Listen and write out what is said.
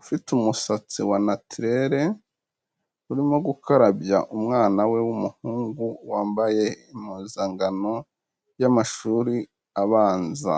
ufite umusatsi wa natirere, urimo gukarabya umwana we w'umuhungu wambaye impuzankano y'amashuri abanza.